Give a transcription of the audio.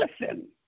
listen